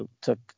took